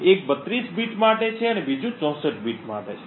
એક 32 બીટ માટે છે અને બીજું 64 બીટ માટે છે